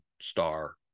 star